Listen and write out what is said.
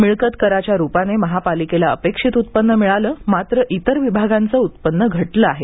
मिळकत कराच्या रूपाने महापालिकेला अपेक्षित उत्पन्न मिळालं मात्र इतर विभागांचे उत्पन्न घटले आहे